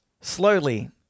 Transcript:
Slowly